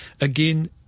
again